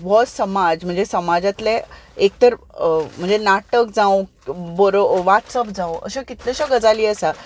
हो समाज म्हणजे समाजांतले एक तर म्हणजे नाटक जावं वाचप जावं अश्यो कितल्योश्योच गजाली आसा